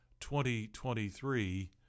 2023